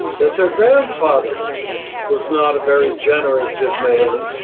that their grandfather was not a very generative man.